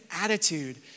attitude